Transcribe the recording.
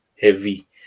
heavy